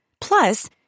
Plus